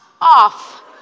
off